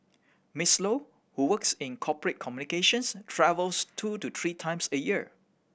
Miss Low who works in corporate communications travels two to three times a year